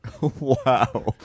Wow